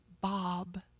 Bob